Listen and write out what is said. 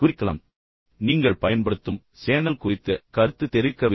மற்றும் நீங்கள் பயன்படுத்தும் சேனல் குறித்து கருத்து தெரிவிக்க விரும்பவில்லை